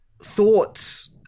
thoughts